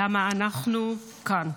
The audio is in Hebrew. למה אנחנו כאן.